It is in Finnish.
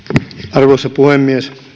arvoisa puhemies